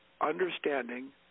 understanding